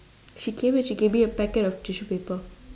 she came and she gave me a packet of tissue paper